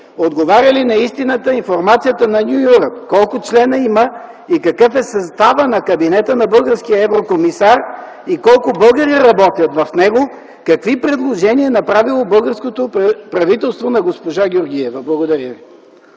отговаря ли на истината информацията на „Ню Юръп”? Колко члена има и какъв е съставът на кабинета на българския еврокомисар? Колко българи работят в него? Какви предложения е направило българското правителство на госпожа Георгиева? Благодаря Ви.